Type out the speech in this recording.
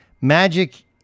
Magic